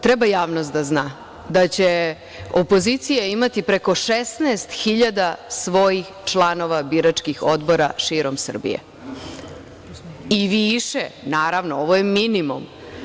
Treba javnost da zna da će opozicija imati preko 16.000 svojih članova biračkih odbora širom Srbije i više, naravno, ovo je minimum.